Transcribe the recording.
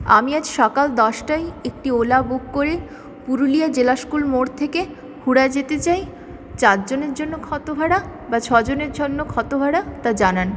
আমি আজ সকাল দশটায় একটি ওলা বুক করে পুরুলিয়া জেলা স্কুল মোড় থেকে খুড়া যেতে চাই চারজনের জন্য কত ভাড়া বা ছজনের জন্য কত ভাড়া তা জানান